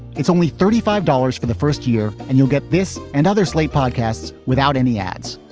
it's only thirty five dollars for the first year and you'll get this and other slate podcasts without any ads.